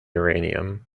uranium